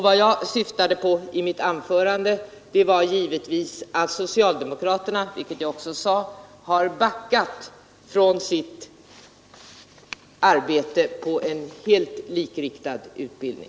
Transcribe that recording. Vad jag syftade på i mitt anförande var givetvis att socialdemokraterna — vilket jag också sade har backat från sin satsning på en helt likriktad utbildning.